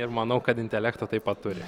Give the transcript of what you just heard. ir manau kad intelekto taip pat turi